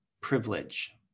privilege